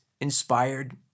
inspired